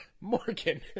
Morgan